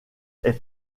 est